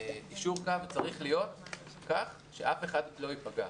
יישור הקו צריך להיות כך שאף אחד לא ייפגע.